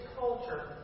culture